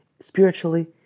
spiritually